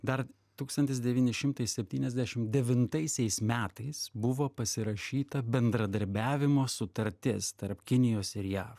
dar tūkstantis devyni šimtai septyniasdešim devintaisiais metais buvo pasirašyta bendradarbiavimo sutartis tarp kinijos ir jav